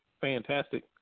fantastic